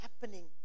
happening